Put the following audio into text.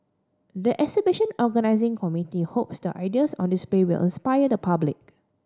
the exhibition organising committee hopes the ideas on display will inspire the public